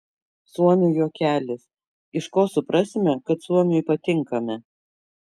suomių juokelis iš ko suprasime kad suomiui patinkame